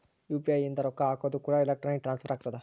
UPI ಇಂದ ರೊಕ್ಕ ಹಕೋದು ಕೂಡ ಎಲೆಕ್ಟ್ರಾನಿಕ್ ಟ್ರಾನ್ಸ್ಫರ್ ಆಗ್ತದ